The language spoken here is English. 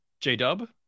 J-Dub